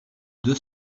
deux